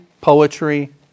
poetry